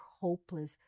hopeless